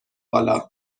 بالا